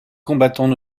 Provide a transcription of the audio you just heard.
combattants